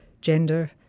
gender